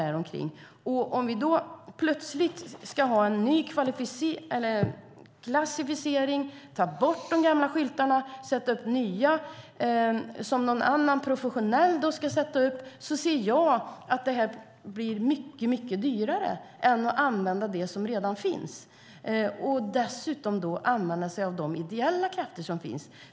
Låt oss säga att vi plötsligt ska ha en ny klassificering och ta bort de gamla skyltarna och göra nya, som någon annan professionell ska sätta upp. Då ser jag att det här blir mycket, mycket dyrare än att använda det som redan finns och att använda sig av de ideella krafter som finns.